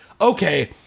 okay